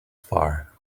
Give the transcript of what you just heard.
far